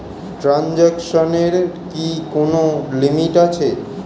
ট্রানজেকশনের কি কোন লিমিট আছে?